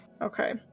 Okay